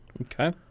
okay